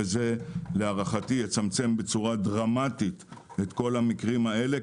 וזה להערכתי יצמצם בצורה דרמטית את כל המקרים האלה.